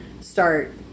start